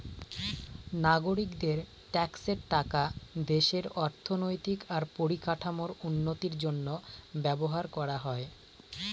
নাগরিকদের ট্যাক্সের টাকা দেশের অর্থনৈতিক আর পরিকাঠামোর উন্নতির জন্য ব্যবহার করা হয়